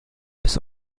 bis